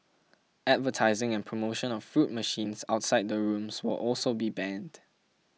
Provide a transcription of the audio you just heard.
advertising and promotion of fruit machines outside the rooms will also be banned